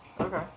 Okay